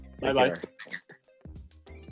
Bye-bye